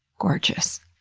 gorgeous.